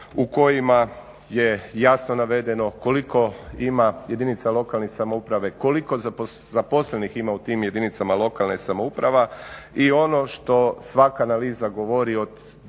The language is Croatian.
u kojima je jasno navedeno koliko ima jedinica lokalnih samouprava, koliko zaposlenih u tim jedinicama samouprava i ono što svaka analiza govori od